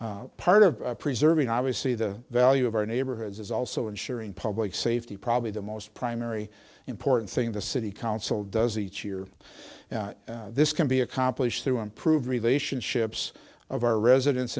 part of preserving obviously the value of our neighborhoods is also ensuring public safety probably the most primary important thing the city council does each year and this can be accomplished to improve relationships of our residents